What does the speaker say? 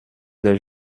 des